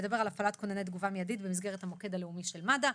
שמדבר על הפעלת כונני תגובה מיידית במסגרת המוקד הלאומי של מד"א,